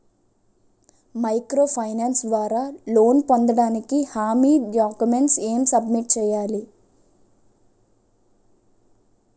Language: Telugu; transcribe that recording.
మైక్రో ఫైనాన్స్ ద్వారా లోన్ పొందటానికి హామీ డాక్యుమెంట్స్ ఎం సబ్మిట్ చేయాలి?